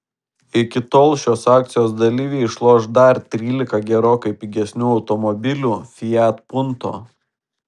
iki tol šios akcijos dalyviai išloš dar trylika gerokai pigesnių automobilių fiat punto